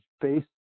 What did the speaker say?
face